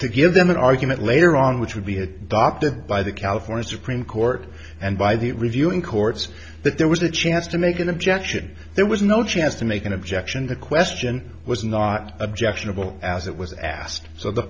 to give them an argument later on which would be adopted by the california supreme court and by the reviewing courts that there was a chance to make an objection there was no chance to make an objection the question was not objectionable as it was asked